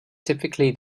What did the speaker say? typically